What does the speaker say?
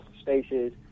spaces